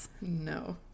No